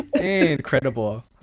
incredible